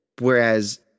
whereas